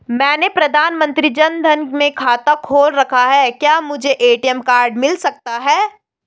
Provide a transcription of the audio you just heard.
मैंने प्रधानमंत्री जन धन में खाता खोल रखा है क्या मुझे ए.टी.एम कार्ड मिल सकता है?